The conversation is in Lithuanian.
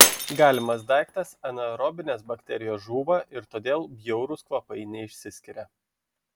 galimas daiktas anaerobinės bakterijos žūva ir todėl bjaurūs kvapai neišsiskiria